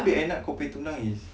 tapi end up kau punya tunang is